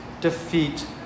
defeat